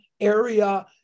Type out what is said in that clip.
area